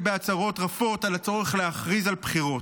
בהצהרות רפות על הצורך להכריז על בחירות.